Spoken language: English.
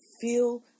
feel